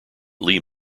lee